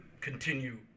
continue